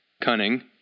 cunning